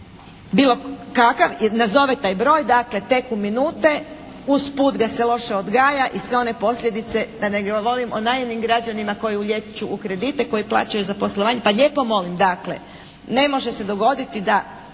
bilo kakav nazove taj broj, dakle teku minute, usput ga se loše odgaja i sve one posljedice da ne govorim o naivnim građanima koji ulijeću u kredite, koji plaćaju za poslovanje. Pa lijepo molim dakle, ne može se dogoditi da